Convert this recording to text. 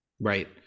Right